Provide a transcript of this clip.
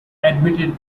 admitted